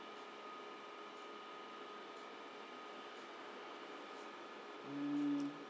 um